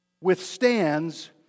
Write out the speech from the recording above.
withstands